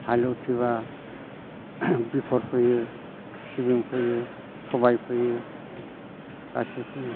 हाल उथिबा बेसर फैयो सिबिं फैयो सबाइ फैयो गासैबो फैयो